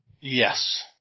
Yes